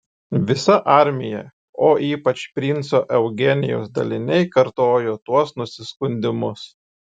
visa armija o ypač princo eugenijaus daliniai kartojo tuos nusiskundimus